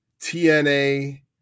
TNA